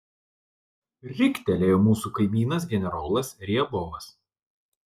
riktelėjo mūsų kaimynas generolas riabovas